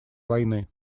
войны